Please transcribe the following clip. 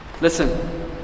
Listen